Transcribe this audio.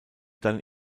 dann